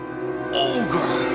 ogre